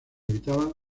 habitaban